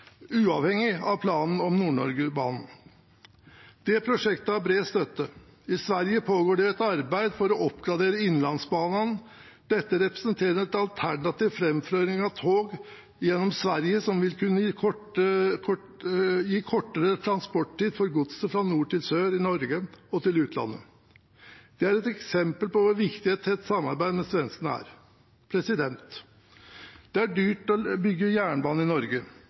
uavhengig av planene om Nord-Norge-banen. Det prosjektet har bred støtte. I Sverige pågår det et arbeid for å oppgradere Inlandsbanan. Dette representerer en alternativ framføring av tog gjennom Sverige, som vil kunne gi kortere transporttid for godset fra nord til sør i Norge og til utlandet. Det er et eksempel på hvor viktig et tett samarbeid med svenskene er. Det er dyrt å bygge jernbane i Norge.